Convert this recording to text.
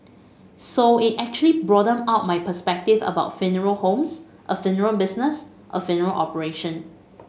so it actually broadened out my perspective about funeral homes a funeral business a funeral operation